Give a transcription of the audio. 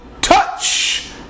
touch